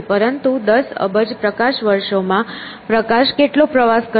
પરંતુ દસ અબજ પ્રકાશ વર્ષોમાં પ્રકાશ કેટલો પ્રવાસ કરશે